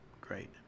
great